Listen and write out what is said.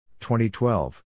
2012